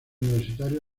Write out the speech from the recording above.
universitarios